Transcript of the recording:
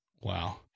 Wow